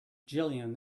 jillian